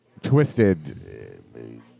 twisted